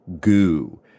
goo